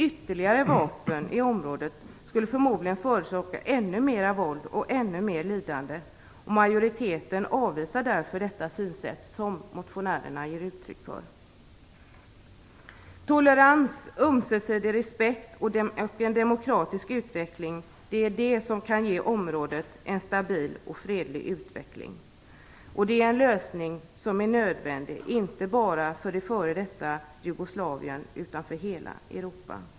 Ytterligare vapen i området skulle förmodligen förorsaka ännu mera våld och ännu mer lidande. Majoriteten avvisar därför detta synsätt, som motionärerna ger uttryck för. Tolerans, ömsesidig respekt och en demokratisk utveckling är det som kan ge området en stabil och fredlig utveckling. Det är en lösning som är nödvändig, inte bara för f.d. Jugoslavien utan för hela Europa.